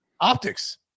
Optics